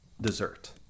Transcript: dessert